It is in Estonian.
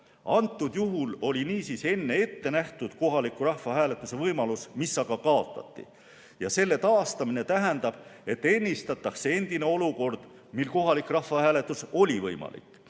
Antud juhul oli niisiis enne ette nähtud kohaliku rahvahääletuse võimalus, mis aga kaotati. Selle taastamine tähendab, et ennistatakse endine olukord, mil kohalik rahvahääletus oli võimalik.